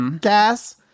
gas